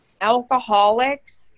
alcoholics